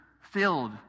filled